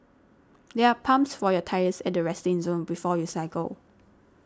there are pumps for your tyres at the resting zone before you cycle